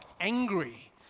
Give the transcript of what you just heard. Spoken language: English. angry